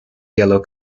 yellow